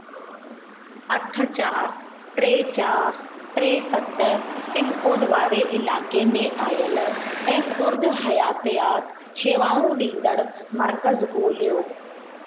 अठ चार टे चार टे सत पिनकोड वारे इलाइक़े में आयलु ऐं खुरद हयातयात शेवाऊं ॾींदड़ मर्कज़ु ॻोल्हियो